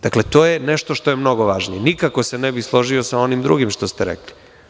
Dakle, to je nešto što je mnogo važnije i nikako se ne bih složio sa onim drugim što ste rekli.